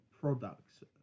products